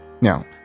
Now